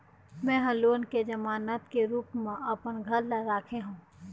में ह लोन के जमानत के रूप म अपन घर ला राखे हों